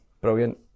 Brilliant